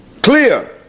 Clear